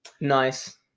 nice